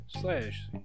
slash